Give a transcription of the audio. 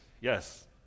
yes